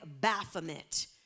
Baphomet